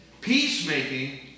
Peacemaking